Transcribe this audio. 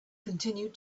continued